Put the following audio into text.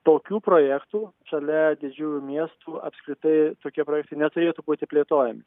tokių projektų šalia didžiųjų miestų apskritai tokie projektai neturėtų būti plėtojami